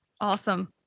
Awesome